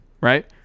right